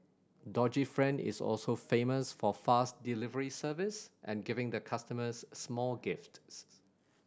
doggy friend is also famous for fast delivery service and giving the customers small gifts